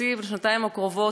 התקציב לשנתיים הקרובות,